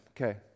Okay